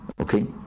Okay